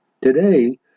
Today